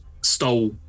stole